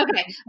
Okay